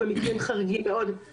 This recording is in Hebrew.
אנחנו מוכנים לבדוק את זה.